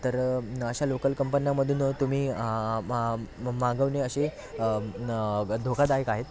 तर अश्या लोकल कंपन्यामधून तुम्ही मागवणे असे धोकादायक आहे